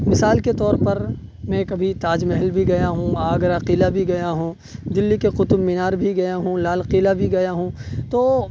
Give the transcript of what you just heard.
مثال کے طور پر میں کبھی تاج محل بھی گیا ہوں آگرہ قلعہ بھی گیا ہوں دلی کے قطب مینار بھی گیا ہوں لال قلعہ بھی گیا ہوں تو